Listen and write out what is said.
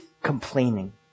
complaining